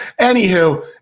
Anywho